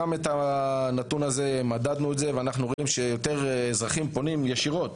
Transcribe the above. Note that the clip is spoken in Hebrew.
גם את הנתון הזה מדדנו ואנחנו רואים שיותר אזרחים פונים ישירות